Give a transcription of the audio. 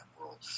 world